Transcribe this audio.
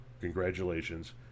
Congratulations